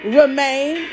remain